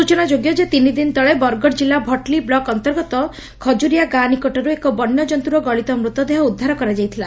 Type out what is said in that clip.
ସ୍ ଚନାଯୋଗ୍ୟ ଯେ ତିନିଦିନ ତଳେ ବରଗଡ଼ କିଲ୍ଲ ଭଟଲି ବ୍ଲକ୍ ଅନ୍ତର୍ଗ ଖକୁରିଆ ଗାଁ ନିକଟରୁ ଏକ ବନ୍ୟ ଜନ୍ତୁର ଗଳିତ ମୃତଦେହ ଉଦ୍ଧାର କରାଯାଇଥିଲା